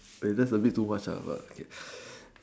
wait that's abit too much but okay